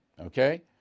Okay